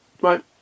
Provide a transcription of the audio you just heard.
right